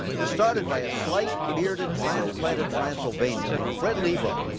was started by a slight, bearded transplanted transylvanian named fred lebow.